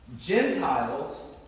Gentiles